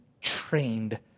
trained